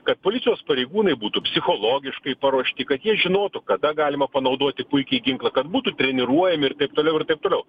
kad policijos pareigūnai būtų psichologiškai paruošti kad jie žinotų kada galima panaudoti puikiai ginklą kad būtų treniruojami ir taip toliau ir taip toliau